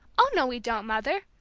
oh, no, we don't, mother,